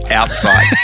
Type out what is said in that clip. outside